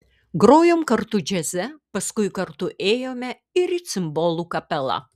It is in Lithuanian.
grojom kartu džiaze paskui kartu ėjome ir į cimbolų kapelą